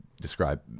describe